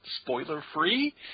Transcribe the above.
Spoiler-free